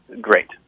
Great